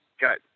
got